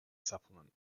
supplement